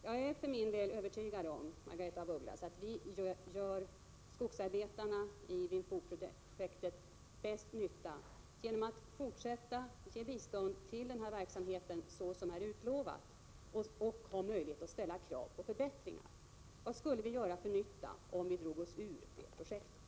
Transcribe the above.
Jag är nu inte mindre övertygad om, Margaretha af Ugglas, att vi gör skogsarbetarna i Vinh Phu-projektet bäst nytta genom att fortsätta att ge bistånd som vi har utlovat och då har möjlighet att ställa krav på förbättringar. Vad skulle vi göra för nytta om vi drog oss ur det projektet?